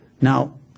Now